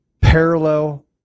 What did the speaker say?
parallel